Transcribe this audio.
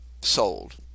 sold